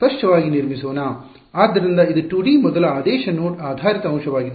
ಆದ್ದರಿಂದ ಇದು 2 ಡಿ ಮೊದಲ ಆದೇಶ ನೋಡ್ ಆಧಾರಿತ ಅಂಶವಾಗಿದೆ